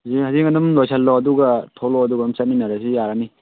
ꯍꯧꯖꯤꯛ ꯑꯗꯨꯝ ꯂꯣꯏꯁꯜꯂꯣ ꯑꯗꯨꯒ ꯊꯣꯛꯂꯛꯑꯣ ꯑꯗꯨꯒ ꯆꯠꯃꯤꯟꯅꯔꯁꯤ ꯌꯥꯔꯅꯤ